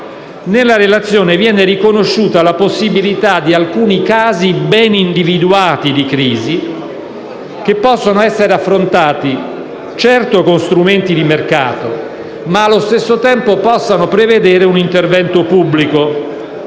nella relazione viene riconosciuta la possibilità di alcuni casi ben individuati di crisi, che possono essere affrontati certamente con strumenti di mercato, ma allo stesso tempo possano prevedere un intervento pubblico.